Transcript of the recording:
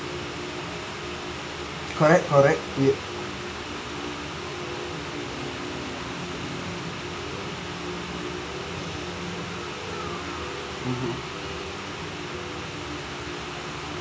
correct correct mmhmm